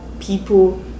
people